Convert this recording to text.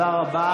תודה.